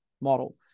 model